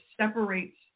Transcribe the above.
separates